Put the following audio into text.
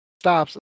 stops